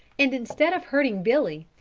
and instead of hurting billy,